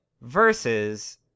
versus